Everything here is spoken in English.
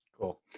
Cool